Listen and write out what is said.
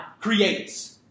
creates